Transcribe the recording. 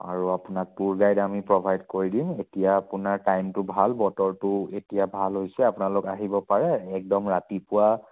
আৰু আপোনাক tour guide আমি প্ৰ'ভাইড কৰি দিম এতিয়া আপোনাৰ টাইমটো ভাল বতৰটোও এতিয়া ভাল হৈছে আপোনালোক আহিব পাৰে একদম ৰাতিপুৱা